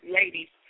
ladies